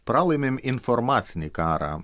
pralaimim informacinį karą